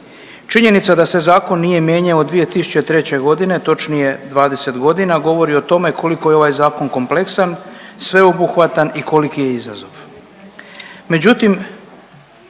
Činjenica da se zakon nije mijenjao od 2003. godine, točnije 20 godina govori o tome koliko je ovaj zakon kompleksan, sveobuhvatan i koliki je izazov.